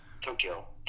Tokyo